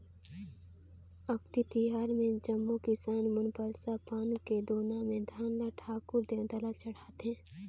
अक्ती तिहार मे जम्मो किसान मन परसा पान के दोना मे धान ल ठाकुर देवता ल चढ़ाथें